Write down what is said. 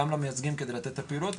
בדפוס